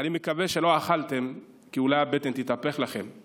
אני מקווה שלא אכלתם, כי אולי הבטן תתהפך לכם.